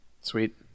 sweet